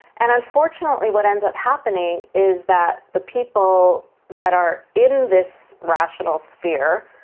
and unfortunately, what ends up happening is that the people that are in this rational sphere